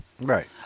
Right